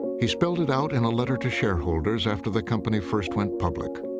he spelled it out in a letter to shareholders after the company first went public